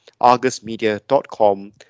argusmedia.com